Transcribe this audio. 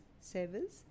servers